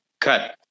cut